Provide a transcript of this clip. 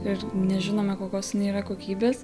ir nežinome kokios jinai yra kokybės